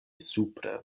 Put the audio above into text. supre